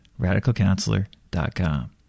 RadicalCounselor.com